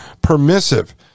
permissive